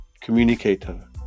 communicator